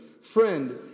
Friend